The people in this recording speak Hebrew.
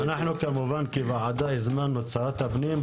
אנחנו כמובן כוועדה הזמנו את שרת הפנים.